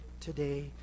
today